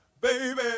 baby